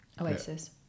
Oasis